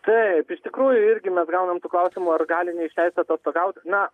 taip iš tikrųjų irgi mes gaunam tų klausimų ar gali neišleist atostogaut na